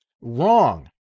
wrong